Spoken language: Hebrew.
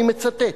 אני מצטט,